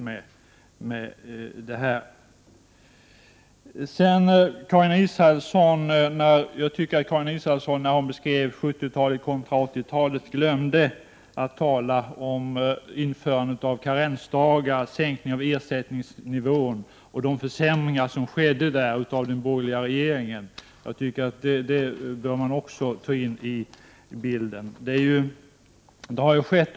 När Karin Israelsson beskrev 70-talet kontra 80-talet glömde hon att tala om införandet av karensdagar, sänkning av ersättningsnivån och de försämringar som skedde under den borgerliga regeringstiden. Jag tycker att också detta bör tas med i bilden.